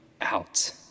out